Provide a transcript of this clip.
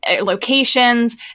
locations